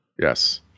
yes